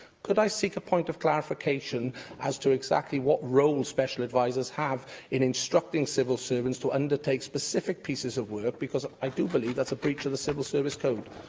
could i seek a point of clarification as to exactly what role special advisers have in instructing civil servants to undertake specific pieces of work? because i do believe that's a breach of the civil service code.